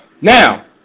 Now